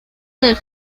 del